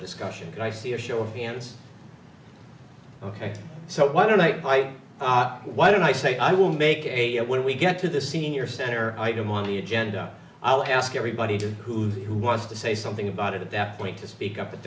discussion and i see a show of hands ok so why don't i why don't i say i will make a when we get to the senior center item on the agenda i'll ask everybody to who's who wants to say something about it at that point to speak up at